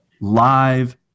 live